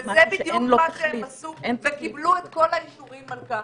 וזה בדיוק מה שהם עשו וקיבלו את כל האישורים על כך.